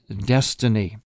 destiny